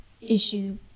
issue